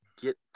get